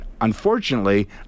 Unfortunately